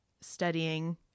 studying